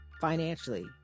financially